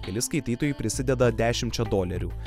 kiti skaitytojai prisideda dešimčia dolerių